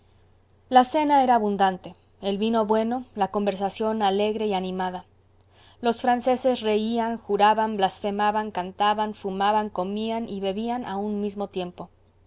la cena era abundante el vino bueno la conversación alegre y animada los franceses reían juraban blasfemaban cantaban fumaban comían y bebían a un mismo tiempo